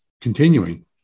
continuing